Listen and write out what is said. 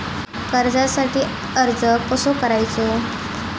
कर्जासाठी अर्ज कसो करायचो?